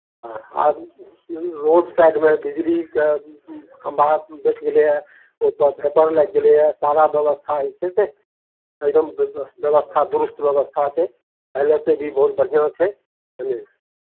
हँ आ रोड साइडमे बिजलीके खम्भा बैठ गेलैए ओहिपर भेपर लागि गेलैए सारा व्यवस्था जे छै से एकदम व्यवस् व्यवस्था दुरुस्त व्यवस्था छै पहिलेसँ भी बहुत बढ़िआँ छै बुझलियै